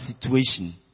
situation